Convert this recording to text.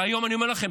והיום אני אומר לכם,